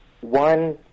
One